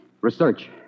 Research